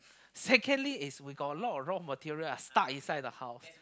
secondly is we got a lot raw material which is stuck inside the house